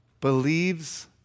believes